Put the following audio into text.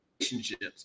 relationships